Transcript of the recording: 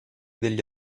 degli